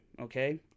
okay